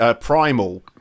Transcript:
Primal